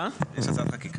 יש הצעת חקיקה?